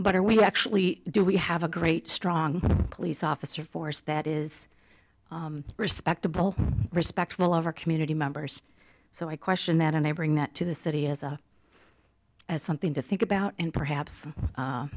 but are we actually do we have a great strong police officer force that is respectable respectful of our community members so i question that and i bring that to the city as a as something to think about and perhaps